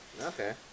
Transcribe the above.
Okay